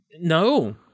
No